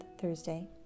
Thursday